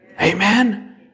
amen